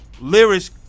lyrics